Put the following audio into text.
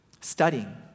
studying